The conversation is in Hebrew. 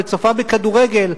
וצופה בכדורגל,